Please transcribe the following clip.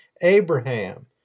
Abraham